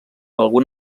algun